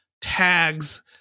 tags